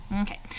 Okay